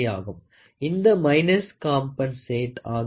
இந்த minus compensate ஆகிவிடும்